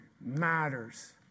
matters